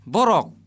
Borok